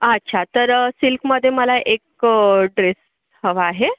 अच्छा तर सिल्कमध्ये मला एक ड्रेस हवा आहे